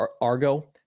argo